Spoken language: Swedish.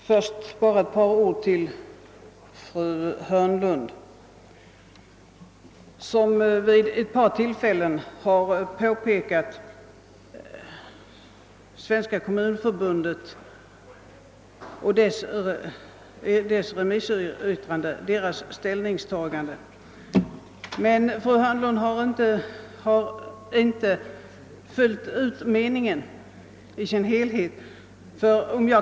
Herr talman! Fru Hörnlund har vid ett par tillfällen åberopat Svenska kommunförbundets ställningstagande i dess remissyttrande, men hon har inte följt det fullt ut.